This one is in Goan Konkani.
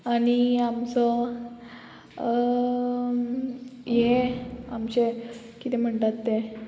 आनी आमचो ये आमचे किदें म्हणटात ते